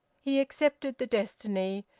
he accepted the destiny,